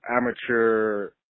amateur